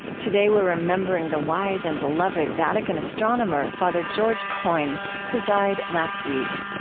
today, we're remembering the wise and beloved vatican astronomer father george coyne who died last week.